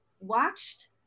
watched